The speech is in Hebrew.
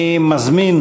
אני מזמין,